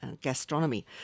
gastronomy